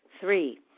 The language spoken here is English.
Three